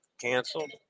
canceled